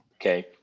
okay